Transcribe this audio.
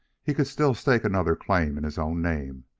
he could still stake another claim in his own name,